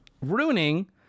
ruining